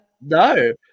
no